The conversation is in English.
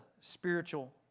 spiritual